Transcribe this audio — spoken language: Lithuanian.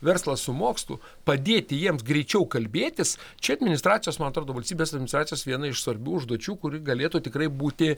verslą su mokslu padėti jiems greičiau kalbėtis čia administracijos man atrodo valstybės administracijos viena iš svarbių užduočių kuri galėtų tikrai būti